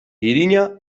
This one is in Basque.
irina